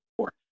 support